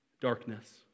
darkness